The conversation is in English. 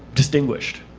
distinguished,